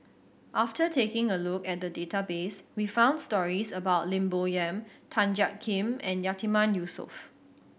after taking a look at the database we found stories about Lim Bo Yam Tan Jiak Kim and Yatiman Yusof